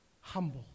humble